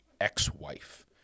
ex-wife